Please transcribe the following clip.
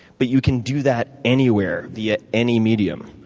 but you can do that anywhere, via any medium.